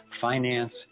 finance